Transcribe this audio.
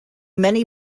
many